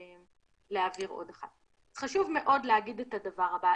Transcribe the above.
חשוב מאוד להגיד את הדבר הבא.